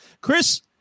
Chris